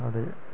अदे